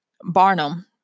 Barnum